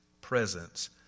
presence